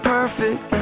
perfect